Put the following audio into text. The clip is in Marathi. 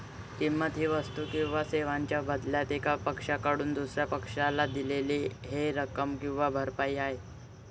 किंमत ही वस्तू किंवा सेवांच्या बदल्यात एका पक्षाकडून दुसर्या पक्षाला दिलेली देय रक्कम किंवा भरपाई आहे